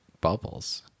bubbles